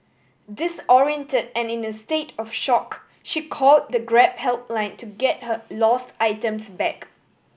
disoriented and in a state of shock she call the Grab helpline to get her lost items back